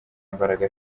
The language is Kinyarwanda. mbaraga